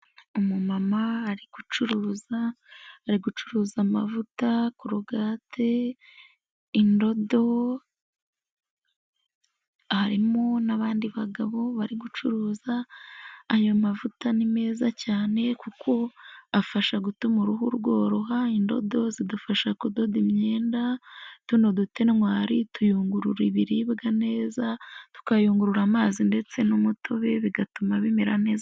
Umumama ari gucuruza, ari gucuruza amavuta, korogate, indodo, harimo n'abandi bagabo bari gucuruza, ayo mavuta ni meza cyane kuko afasha gutuma uruhu rworoha, indodo zidufasha kudoda imyenda, tuno dutentwari tuyungurura ibiribwa neza, tukayungurura amazi ndetse n'umutobe, bigatuma bimera neza.